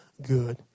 good